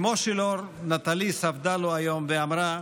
אימו של אור, נטלי, ספדה לו היום ואמרה: